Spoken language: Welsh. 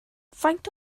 faint